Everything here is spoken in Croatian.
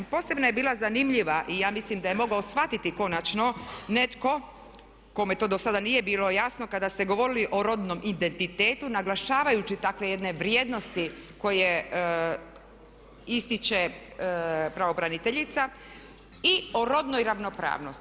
Posebno je bila zanimljiva i ja mislim da je mogao shvatiti konačno netko kome to do sada nije bilo jasno kada ste govorili o rodnom identitetu naglašavajući takve jedne vrijednosti koje ističe pravobraniteljica i o rodnoj ravnopravnosti.